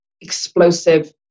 explosive